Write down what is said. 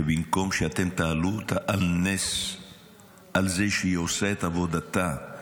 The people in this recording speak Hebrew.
שבמקום שאתם תעלו אותה על נס על זה שהיא עושה את עבודתה,